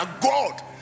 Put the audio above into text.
God